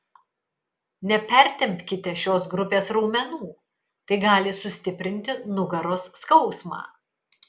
nepertempkite šios grupės raumenų tai gali sustiprinti nugaros skausmą